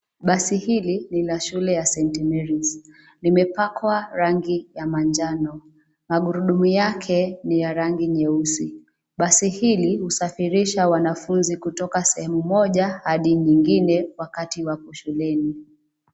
Basi hili ni la shule ya St. Mary's , limepakwa rangi ya manjano, magurudumu yake ni ya rangi nyeusi, basi hili husafirisha wanafunzi kutoka sehemu moja hadi nyingine wakati wako shuleni.